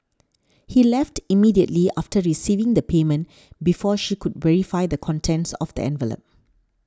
he left immediately after receiving the payment before she could verify the contents of the envelope